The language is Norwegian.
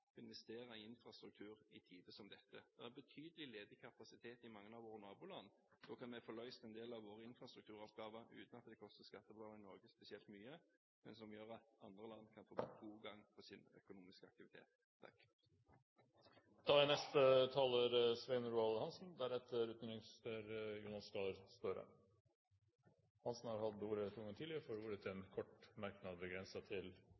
investere i infrastruktur i tider som dette. Det er betydelig ledig kapasitet i mange av våre naboland, og da kan vi få løst en del av våre infrastrukturoppgaver uten at det koster skattebetalerne i Norge spesielt mye, noe som gjør at andre land kan få sin økonomiske aktivitet godt i gang. Svein Roald Hansen har hatt ordet to ganger tidligere og får ordet til en kort merknad, begrenset til